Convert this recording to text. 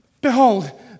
Behold